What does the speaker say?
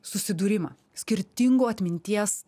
susidūrimą skirtingų atminties